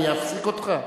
אני אפסיק אותך?